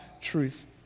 truth